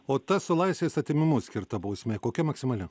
o tas su laisvės atėmimu skirta bausmė kokia maksimali